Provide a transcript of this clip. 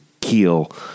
keel